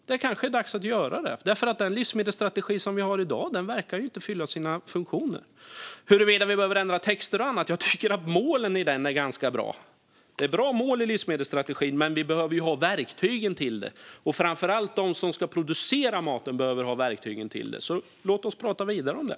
Det kanske är dags att göra det, för den livsmedelsstrategi som vi har i dag verkar inte fylla sin funktion. Jag tycker att målen i den är ganska bra, så jag vet inte om vi behöver ändra texter och annat. Det är bra mål i livsmedelsstrategin, men vi behöver ju ha verktygen. Framför allt behöver de som ska producera maten ha verktygen, så låt oss prata vidare om det.